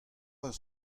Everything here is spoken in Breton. eus